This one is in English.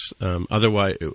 Otherwise